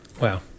Wow